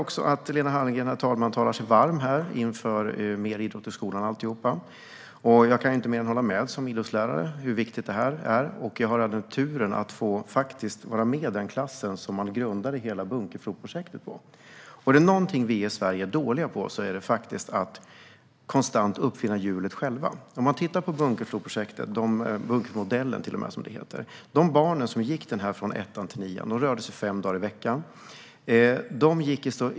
Jag hör att Lena Hallengren här talar sig varm för mer idrott i skolan och alltihop. Jag kan som idrottslärare inte annat än hålla med om hur viktigt det är. Jag hade turen att få vara med den klass som man grundade hela Bunkefloprojektet på. Är det någonting vi i Sverige är dåliga på är det att ta lärdom och inte konstant uppfinna hjulet själva. Om man tittar på Bunkefloprojektet - eller till och med Bunkeflomodellen, som det heter - rörde sig barnen som gick i skolan fem dagar i veckan från ettan till nian.